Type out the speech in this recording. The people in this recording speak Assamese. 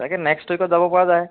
তাকে নেক্সট উইকত যাব পৰা যায়